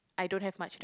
I don't have much time